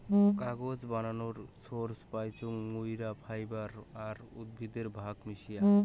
কাগজ বানানোর সোর্স পাইচুঙ মুইরা ফাইবার আর উদ্ভিদের ভাগ মিশায়া